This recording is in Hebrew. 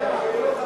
הדירות,